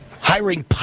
hiring